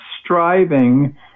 striving